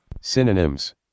Synonyms